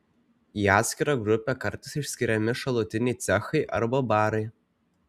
į atskirą grupę kartais išskiriami šalutiniai cechai arba barai